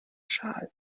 schal